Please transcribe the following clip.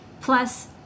plus